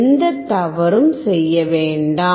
எந்த தவறும் செய்ய வேண்டாம்